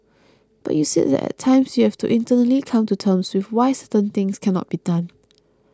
but you said that at times you have to internally come to terms with why certain things cannot be done